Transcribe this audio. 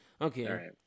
Okay